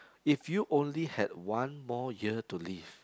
if you only had one more year to live